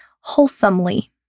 wholesomely